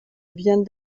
vient